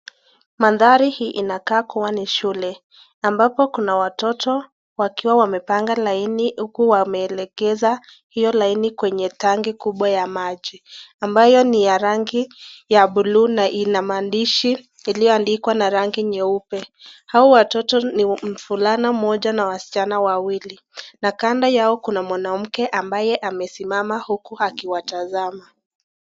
Mandhari hii inakaa kuwa ni shule ambapo kuna watoto wakiwa wamepanga laini huku wameelekeza hiyo laini kwenye tanki kubwa ya maji, ambayo ni ya rangi ya buluu na ina maandishi iliyoandikwa na rangi nyeupe. Hao watoto ni mvulana mmoja na wasichana wawili, na kando yao kuna mwanamke ambaye amesimama huku akiwatazama.